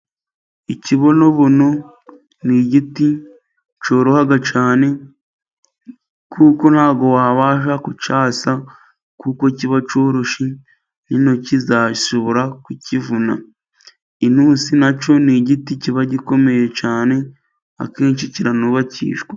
Ikibonobono ni igiti cyoroha cyane kuko ntabwo wabasha kucyasa, kuko kiba cyoroshye n'intoki zashobora kukivuna. Inusi na cyo ni igiti kiba gikomeye cyane akenshi kiranubakishwa.